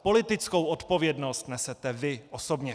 Politickou odpovědnost nesete vy osobně.